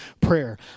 prayer